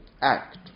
act